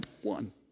one